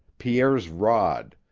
pierre's rod,